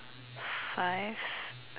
five